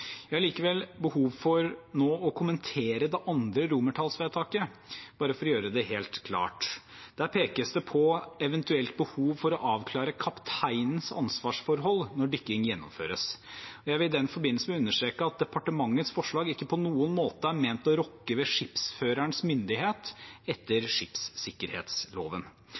Jeg har likevel behov for nå å kommentere vedtak II under B, bare for å gjøre det helt klart. Der pekes det på eventuelt behov for å avklare kapteinens ansvarsforhold når dykking gjennomføres. Jeg vil i den forbindelse understreke at departementets forslag ikke på noen måte er ment å rokke ved skipsførerens myndighet etter skipssikkerhetsloven.